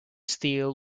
steal